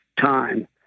time